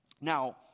Now